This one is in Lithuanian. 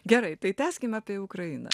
gerai tai tęskime apie ukrainą